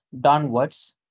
downwards